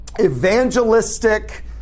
evangelistic